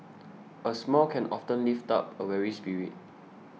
a smile can often lift up a weary spirit